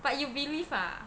but you believe ah